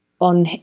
on